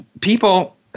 people